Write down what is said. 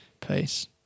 Peace